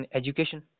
education